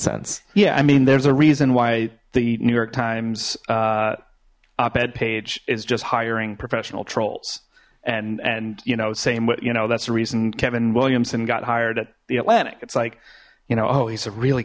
sense yeah i mean there's a reason why the new york times op ed page is just hiring professional trolls and and you know saying what you know that's the reason kevin williamson got hired at the atlantic it's like you know oh he's a really